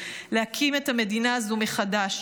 להקים את המדינה הזו מחדש.